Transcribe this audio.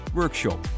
workshop